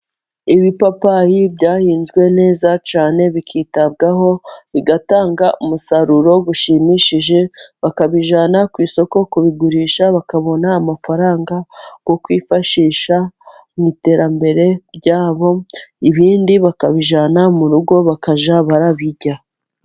Ibipapayi byahinzwe neza cyane bikitabwaho, bigatanga umusaruro ushimishije, bakabijyana ku isoko kubigurisha, bakabona amafaranga yo kwifashisha mu iterambere ryabo, ibindi bakabijyana mu rugo bakajya babirya.